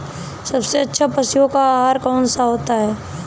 सबसे अच्छा पशुओं का आहार कौन सा होता है?